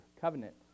covenant